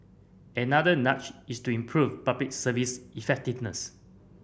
another nudge is to improve Public Service effectiveness